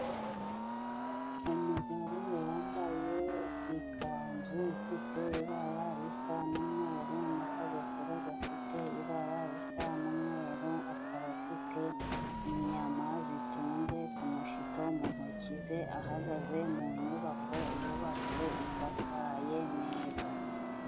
Umugabo wambaye ikanzu ifite ibara risa n'umweru n'akagofero gafite ibara risa n'umweru, akaba afite inyama zitunze k'umushito mu ntoki ze, ahagaze mu nyubako yubatswe isakaye neza.